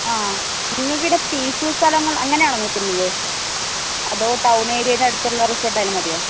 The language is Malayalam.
ആ നിങ്ങൾക്ക് പിന്നെ പീസ്ഫുൾ സ്ഥലങ്ങൾ അങ്ങനെയാണോ നോക്കുന്നത് അതോ ടൗൺ ഏരിയയുടെ അടുത്തുള്ള റിസോർട്ട് ആയാലും മതിയോ